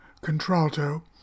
contralto